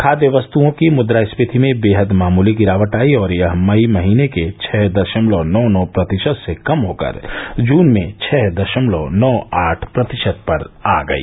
खाद्य वस्तुओं की मुद्रास्फीति में बेहद मामूली गिरावट आई और यह मई महीने के छह दशमलव नौ नौ प्रतिशत से कम होकर जून में छह दशमलव नौ आठ प्रतिशत पर आ गई